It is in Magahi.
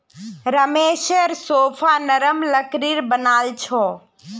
रमेशेर सोफा नरम लकड़ीर बनाल छ